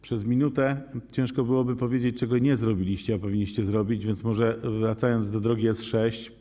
Przez minutę ciężko byłoby powiedzieć, czego nie zrobiliście, a powinniście zrobić, więc może wrócę do drogi S6.